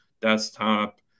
desktop